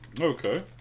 Okay